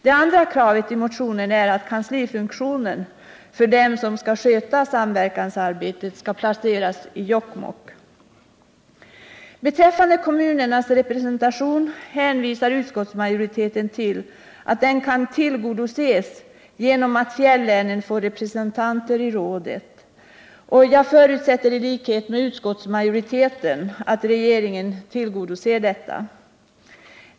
Det andra kravet i motionen är att kanslifunktionen för dem som skall sköta samverkansarbetet skall placeras i Jokkmokk. Beträffande kommunernas representation hänvisar utskottsmajoriteten till att den kan ordnas genom att fjällänen får representanter i rådet. Jag förutsätter i likhet med utskottsmajoriteten att regeringen beslutar om detta.